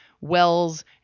wells